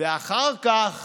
ואחר כך